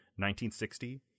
1960